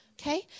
Okay